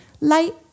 light